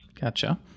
Gotcha